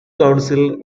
council